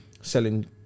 selling